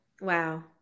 Wow